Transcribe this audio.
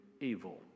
evil